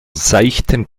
seichten